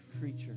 creature